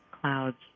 clouds